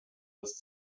das